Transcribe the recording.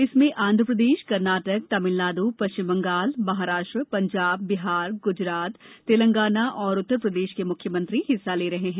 इसमें आंध्र प्रदेश कर्नाटक तमिलनाडु पश्चिम बंगाल महाराष्ट्र पंजाब बिहार गुजरात तेलंगाना और उत्तर प्रदेश के मुख्यमंत्री हिस्सा ले रहे हैं